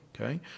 Okay